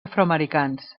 afroamericans